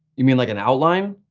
you mean like an outline?